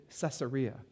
Caesarea